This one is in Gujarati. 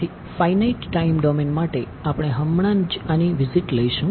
તેથી ફાઈનાઈટ ટાઈમ ડોમેન માટે આપણે હમણાં જ આની વિઝિટ લઈશું